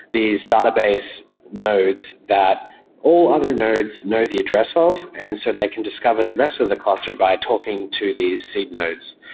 these database nodes that all other nodes know the address of, and so they can discover the rest of the cluster by talking to these seed nodes.